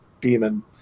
demon